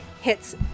Hits